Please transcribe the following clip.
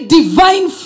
divine